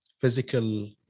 physical